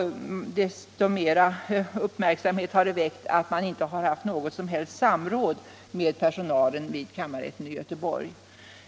Ännu större uppmärksamhet har det väckt att man inte har haft något som helst samråd med personalen vid kammarrätten i Göteborg.